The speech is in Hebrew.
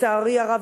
לצערי הרב,